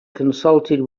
consulted